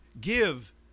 give